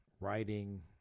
writing